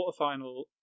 quarterfinal